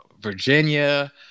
Virginia